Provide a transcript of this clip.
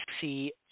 see